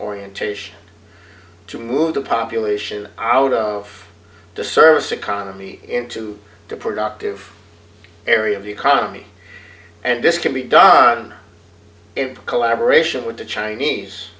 orientation to move the population out of the service economy into the productive area of the economy and this can be done in collaboration with the chinese